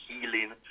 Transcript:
healing